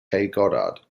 goddard